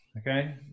okay